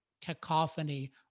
cacophony